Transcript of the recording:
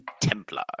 Templar